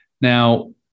Now